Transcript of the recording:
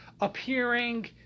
appearing